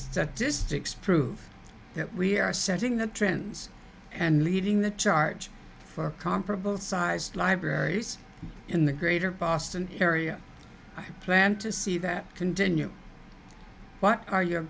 statistics prove that we are setting the trends and leading the charge for comparable sized libraries in the greater boston area i plan to see that continue what are your